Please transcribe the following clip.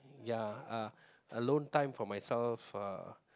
ya uh alone time for myself uh